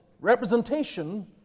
representation